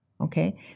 Okay